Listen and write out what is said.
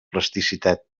plasticitat